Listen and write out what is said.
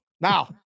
now